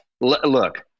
look